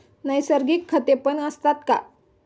नैसर्गिक खतेपण असतात का?